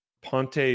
ponte